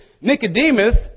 Nicodemus